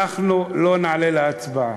אנחנו לא נעלה להצבעה.